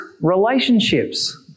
Relationships